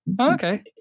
Okay